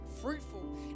fruitful